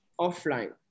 offline